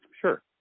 sure